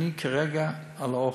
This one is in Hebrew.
אני כרגע באוכל.